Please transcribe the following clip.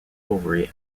ovary